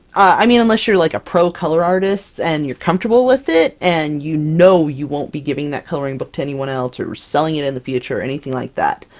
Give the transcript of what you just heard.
i mean unless you're like a pro color-artist, and you're comfortable with it and you know you won't be giving that coloring book to anyone else or selling it in the future or anything like that.